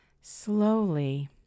Slowly